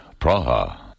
Praha